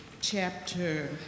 chapter